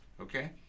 okay